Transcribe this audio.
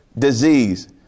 Disease